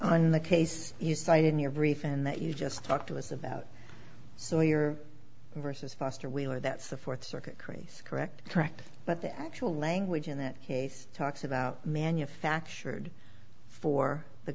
on the case you cite in your brief and that you just talked to us about so we are versus foster wheeler that's the fourth circuit craze correct correct but the actual language in that case talks about manufactured for the